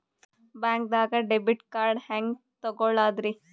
ಬ್ಯಾಂಕ್ದಾಗ debit card ಹೆಂಗ್ ತಗೊಳದ್ರಿ?